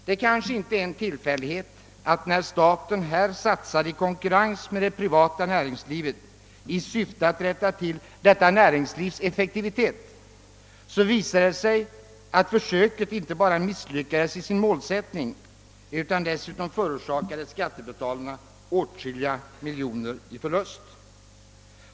Det kanske inte är en tillfällighet att när staten här satsade i konkurrens med det privata näringslivet i syfte att åstadkomma större effektivitet, så visade det sig att försöket inte bara misslyckades utan dessutom förorsakade skattebetalarna åtskilliga miljoner i förlust.